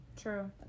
True